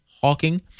Hawking